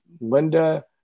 Linda